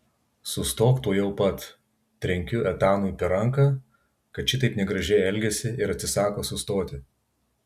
sustok tuojau pat trenkiu etanui per ranką kad šitaip negražiai elgiasi ir atsisako sustoti